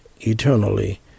eternally